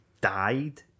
died